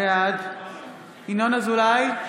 בעד ינון אזולאי,